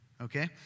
Okay